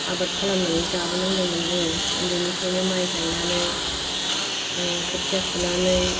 आबाद खालामनानै जाबोनांदोमोन जोङो उन्दैनिफ्रायनो माइ गायनानै खोथिया फुनानै